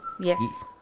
yes